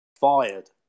fired